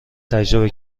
تجربه